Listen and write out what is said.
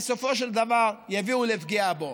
בסופו של דבר יביאו לפגיעה בו.